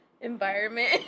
environment